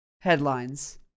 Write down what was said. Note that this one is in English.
headlines